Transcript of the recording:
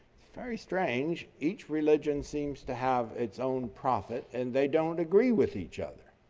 very strange, each religion seems to have its own prophet and they don't agree with each other.